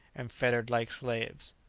and fettered like slaves.